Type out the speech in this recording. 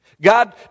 God